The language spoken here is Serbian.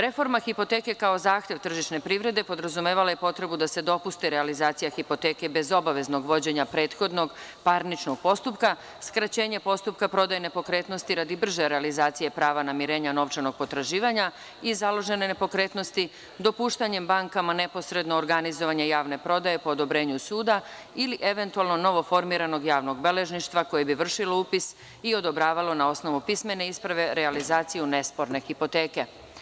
Reforma hipoteke kao zahtev tržišne privrede podrazumevalo je potrebu da se dopuste realizacija hipoteke bezobaveznog vođenja prethodnog parničnog postupka, skraćenje postupka prodajne nepokretnosti radi brže realizacije prava namirenja novčanog potraživanja i založene nepokretnosti, dopuštanjem bankama neposredno organizovanje javne prodaje po odobrenju suda ili eventualno novog formiranog javnog beležništva koje bi vršilo upis i odobravalo na osnovu pismene isprave realizaciju nesporne hipoteke.